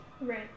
Right